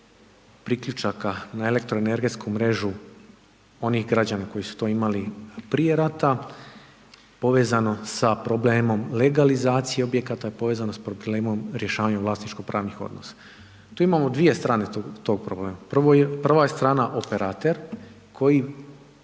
priključaka na elektroenergetsku mrežu, onih građana koji su to imali prije rata, povezano sa problemom legalizacije objekata, porezano s problemom rješavanje vlasničko pravnih odnosa. Tu imamo 2 strane tog problema, prva je strana operatore, koji